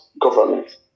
government